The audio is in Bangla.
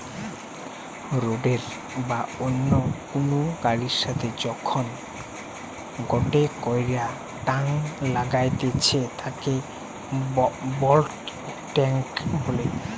রোডের বা অন্য কুনু গাড়ির সাথে যখন গটে কইরা টাং লাগাইতেছে তাকে বাল্ক টেংক বলে